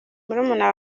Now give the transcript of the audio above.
murumuna